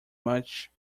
much